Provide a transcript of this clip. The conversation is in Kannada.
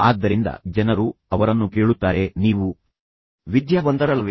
ಆದ್ದರಿಂದ ಜನರು ಅವರನ್ನು ಕೇಳುತ್ತಾರೆಃ ನೀವು ವಿದ್ಯಾವಂತರಲ್ಲವೇ